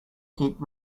keep